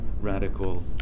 radical